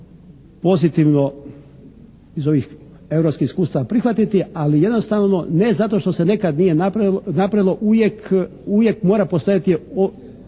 pozitivno iz ovih europskih iskustava prihvatiti, ali jednostavno ne zato što se nekad nije napravilo, uvijek mora postojati